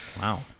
Wow